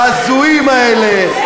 ההזויים האלה,